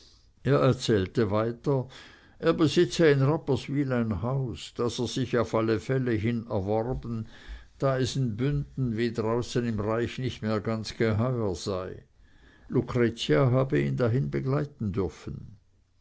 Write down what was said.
er erzählte weiter er besitze in rapperswyl ein haus das er sich auf alle fälle hin erworben da es in bünden wie draußen im reich nicht mehr ganz geheuer sei lucretia habe ihn dahin begleiten dürfen